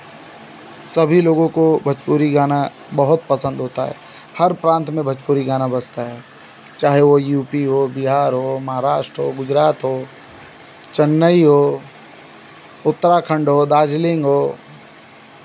सभी लोगों को भोजपुरी गाना बहुत पसन्द होता है हर प्रान्त में भोजपुरी गाना बजता है चाहे वो यू पी हो बिहार हो महराष्ट्र हो गुजरात हो चेन्नई हो उत्तराखंड हो दार्जिलिंग हो